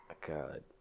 God